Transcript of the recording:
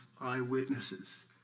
eyewitnesses